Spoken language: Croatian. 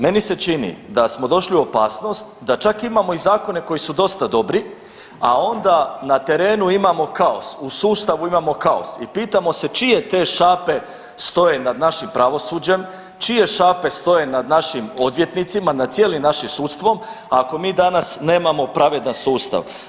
Meni se čini da smo došli u opasnost da čak imamo i zakone koji su dosta dobri, a onda na terenu imamo kaos, u sustavu imamo kaos i pitamo se čije te šape stoje nad našim pravosuđem, čije šape stoje nad našim odvjetnicima nad cijelim našim sudstvom ako mi danas nemamo pravedan sustav.